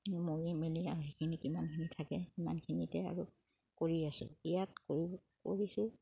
মৰি মেলি আৰু সেইখিনি কিমানখিনি থাকে সিমানখিনিতে আৰু কৰি আছোঁ ইয়াত কৰি কৰিছোঁ